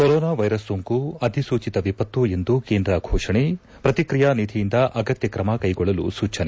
corona virus ಸೋಂಕು ಅಧಿಸೂಚಿತ ವಿಪತ್ತು ಎಂದು ಕೇಂದ್ರ ಘೋಷಣೆ ಪ್ರತಿಕ್ರಿಯಾ ನಿಧಿಯಿಂದ ಅಗತ್ಯ ಕ್ರಮ ಕೈಗೊಳ್ಳಲು ಸೂಚನೆ